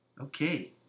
Okay